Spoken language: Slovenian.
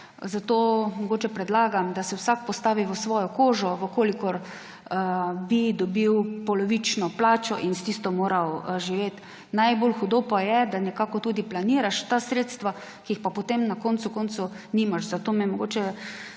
zato mogoče predlagam, da se vsak postavi v svojo kožo, če bi dobil polovično plačo in bi s tisto moral živeti. Najbolj hudo pa je, da nekako tudi planiraš ta sredstva, ki jih pa potem na koncu koncev nimaš, zato me mogoče